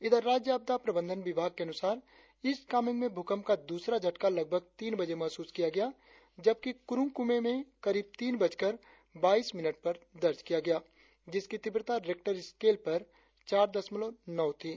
इधर राज्य आपदा प्रबंधन विभाग के अनुसार ईस्ट कामेंग में भूकंप का दूसरा झटका लगभग तीन बजे महसूस किया गया जबकि कुरुंग कुमे जिले में करीब तीन बजकर बाईस मिनट पर दर्ज किया गया जिसकी तीव्रता रेक्टर स्केल पर चार दशमलव नौ थी